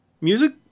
Music